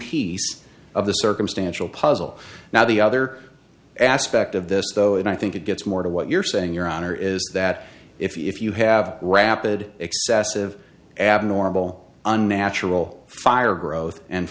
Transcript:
piece of the circumstantial puzzle now the other aspect of this though and i think it gets more to what you're saying your honor is that if you have rapid excessive abnormal unnatural fire growth and